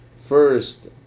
First